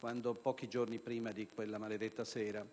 quando, pochi giorni prima di quella maledetta sera,